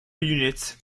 units